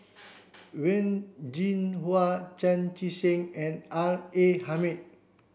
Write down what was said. Wen Jinhua Chan Chee Seng and R A Hamid